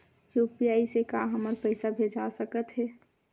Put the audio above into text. UPI से का हमर पईसा भेजा सकत हे?